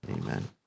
Amen